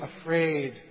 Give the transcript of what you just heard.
afraid